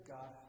God